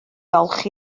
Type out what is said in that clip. olchi